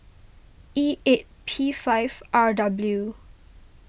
E eight P five R W